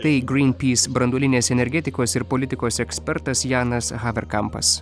tai greenpeace branduolinės energetikos ir politikos ekspertas janas haverkampas